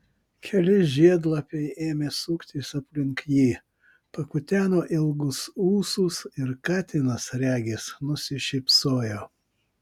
keli žiedlapiai ėmė suktis aplink jį pakuteno ilgus ūsus ir katinas regis nusišypsojo